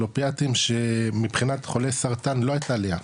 אופיאטים שמבחינת עולי סרטן לא הייתה עלייה,